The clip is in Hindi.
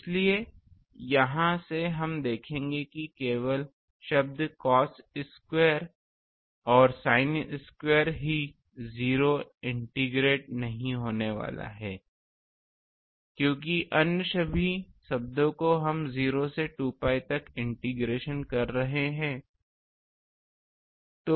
इसलिए यहां से हम देखेंगे कि केवल शब्द cos स्क्वायर और sin स्क्वायर ही 0 इंटीग्रेटेड नहीं होने वाले हैं क्योंकि अन्य सभी शब्दों को हम 0 से 2 pi तक इंटीग्रेशन कर रहे हैं